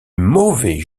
mauvais